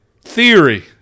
theory